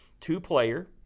two-player